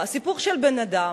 סיפור של בן-אדם,